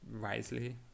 wisely